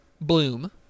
Bloom